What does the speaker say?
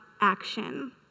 action